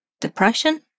depression